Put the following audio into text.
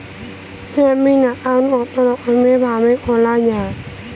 Saving account কতরকম ভাবে খোলা য়ায়?